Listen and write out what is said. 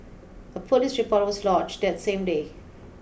a police report was lodged that same day